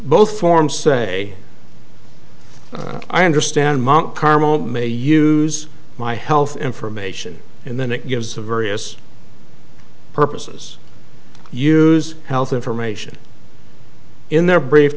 both forms say i understand mt carmel may use my health information and then it gives the various purposes use health information in their br